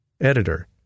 Editor